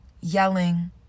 yelling